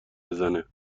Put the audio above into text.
بزنه